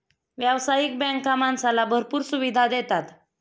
व्यावसायिक बँका माणसाला भरपूर सुविधा देतात